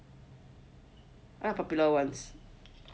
all the popular ones